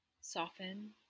soften